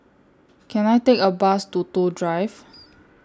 Can I Take A Bus to Toh Drive